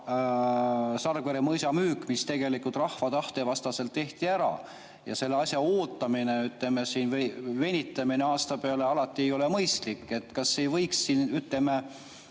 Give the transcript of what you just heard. asuva Sargvere mõisa müük, mis tegelikult rahva tahte vastaselt tehti ära ja selle asja ootamine või venitamine aasta peale alati ei ole mõistlik. Kas ei võiks siin, ütleme,